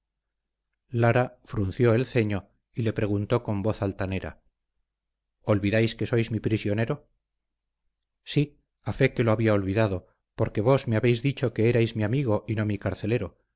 lara frunció el ceño y le preguntó con voz altanera olvidáis que sois mi prisionero sí a fe que lo había olvidado porque vos me habéis dicho que erais mi amigo y no mi carcelero